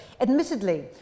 admittedly